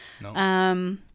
No